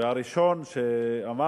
והייתי הראשון שאמר,